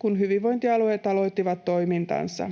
kun hyvinvointialueet aloittivat toimintansa.